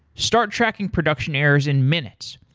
start tracking production errors in minutes.